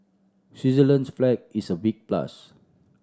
Switzerland's flag is a big plus